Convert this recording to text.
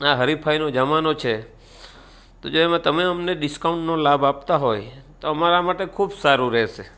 આ હરિફાઈનો જમાનો છે તો જેમાં તમે અમને ડિસ્કાઉન્ટનો લાભ આપતા હોય તો અમારા માટે ખૂબ સારું રહેશે